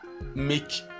Make